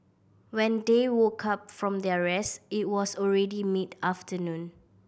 when they woke up from their rest it was already mid afternoon